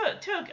took